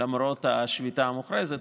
למרות השביתה המוכרזת,